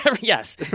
Yes